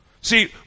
See